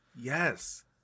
Yes